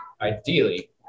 Ideally